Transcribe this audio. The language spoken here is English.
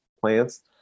plants